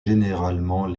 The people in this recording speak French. généralement